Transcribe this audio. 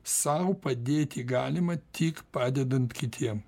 sau padėti galima tik padedant kitiem